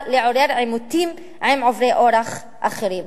היתה לעורר עימותים עם עוברי אורח אחרים,